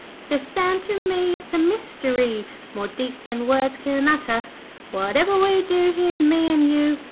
says sam to me, it's a mystery more deep than words can utter whatever we do, here's me an' you,